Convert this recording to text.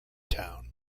town